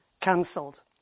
cancelled